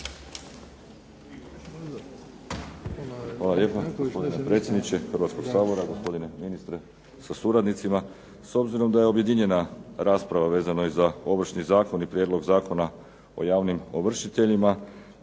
Hvala lijepa gospodine predsjedniče Hrvatskoga sabora, gospodine ministre sa suradnicima. S obzirom da je objedinjena rasprava vezano za Ovršni zakon i Prijedlog zakona o javnim ovršiteljima,